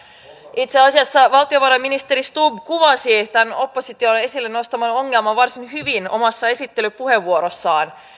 itse asiassa valtiovarainministeri stubb kuvasi tämän opposition esille nostaman ongelman varsin hyvin omassa esittelypuheenvuorossaan